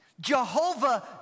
Jehovah